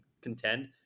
contend